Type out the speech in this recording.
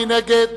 מי נגד?